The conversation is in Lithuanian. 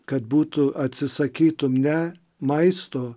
kad būtų atsisakytum ne maisto